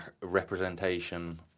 representation